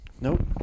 Nope